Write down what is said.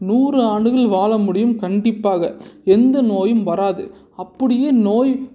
நூறு ஆண்டுகள் வாழ முடியும் கண்டிப்பாக எந்த நோயும் வராது அப்படியே நோய்